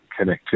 connectivity